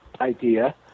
idea